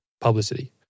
publicity